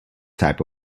type